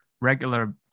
regular